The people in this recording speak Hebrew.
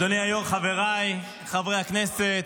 אדוני היושב-ראש, חבריי חברי הכנסת,